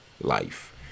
life